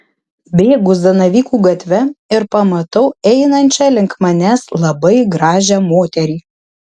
bėgu zanavykų gatve ir pamatau einančią link manęs labai gražią moterį